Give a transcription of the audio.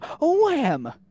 Wham